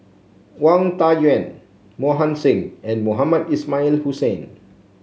Wang Dayuan Mohan Singh and Mohamed Ismail Hussain